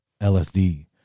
LSD